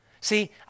See